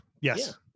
Yes